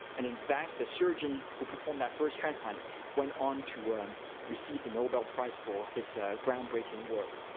and in fact, the surgeon who performed that first transplant went on to um receive the nobel prize for his groundbreaking work.